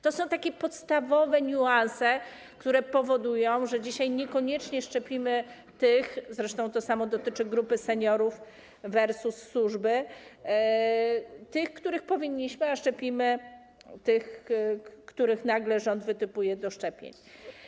To są podstawowe niuanse, które powodują, że dzisiaj niekoniecznie szczepimy tych - zresztą to samo dotyczy grupy seniorzy versus służby - których powinniśmy, a szczepimy tych, których nagle rząd wytypuje do szczepień.